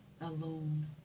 alone